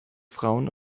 frauen